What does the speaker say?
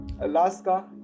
Alaska